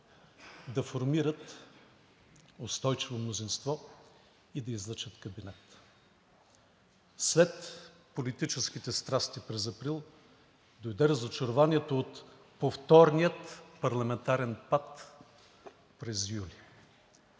да формират устойчиво мнозинство и да излъчат кабинет. След политическите страсти през април дойде разочарованието от повторния парламентарен пад през юли.